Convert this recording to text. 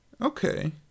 okay